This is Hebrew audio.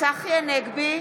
צחי הנגבי,